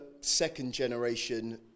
second-generation